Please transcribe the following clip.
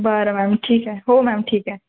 बर मॅम ठीक आहे हो मॅम ठीक आहे